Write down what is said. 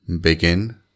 Begin